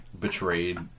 betrayed